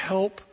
Help